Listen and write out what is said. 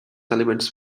elements